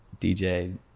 DJ